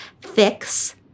fix